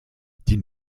die